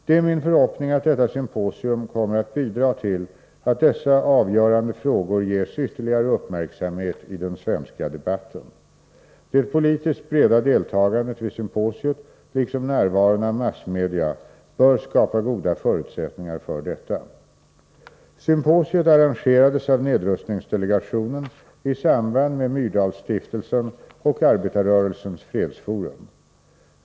Det är min förhoppning att detta symposium kommer att bidra till att dessa avgörande frågor ges ytterligare uppmärksamhet i den svenska debatten. Det politiskt breda deltagandet vid symposiet, liksom närvaron av massmedia, bör skapa goda förutsättningar för detta. Symposiet arrangerades av nedrustningsdelegationen i samarbete med Myrdalsstiftelsen och Arbetarrörelsens fredsforum.